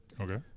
Okay